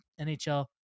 NHL